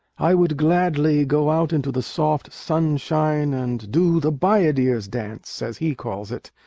i would gladly go out into the soft sunshine and do the bayadeer's dance, as he calls it,